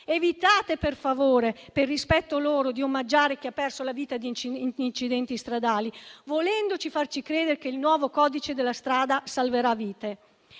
Evitate, per favore, per rispetto loro, di omaggiare chi ha perso la vita in incidenti stradali, volendo farci credere che il nuovo codice della strada salverà vite.